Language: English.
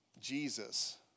Jesus